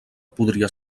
podria